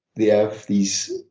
they have these